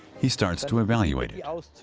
he starts to evaluate he wants